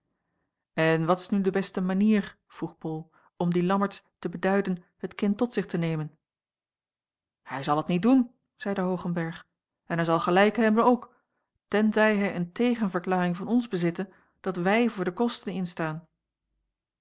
en wat is nu de beste manier vroeg bol om dien lammertsz te beduiden het kind tot zich te nemen hij zal het niet doen zeide hoogenberg en hij zal gelijk hebben ook tenzij hij een tegenverklaring van ons bezitte dat wij voor de kosten instaan